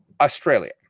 Australia